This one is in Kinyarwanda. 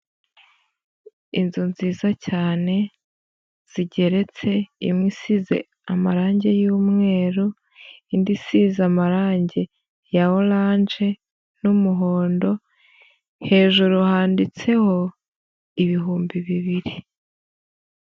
Inzu nziza cyane zigeretse imwe isize amarangi y'umweru, indi isize amarangi ya oranje n'umuhondo. Hejuru handitseho ibihumbi bibiri.